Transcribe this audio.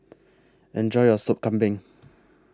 Enjoy your Sop Kambing